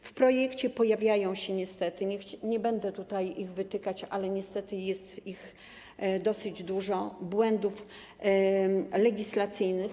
W projekcie pojawiają się niestety - nie będę tutaj ich wytykać, ale niestety jest ich dosyć dużo - błędy legislacyjne.